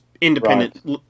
independent